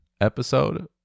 episode